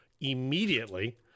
immediately